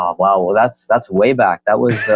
um wow, that's that's way back. that was